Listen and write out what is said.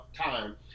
time